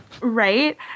Right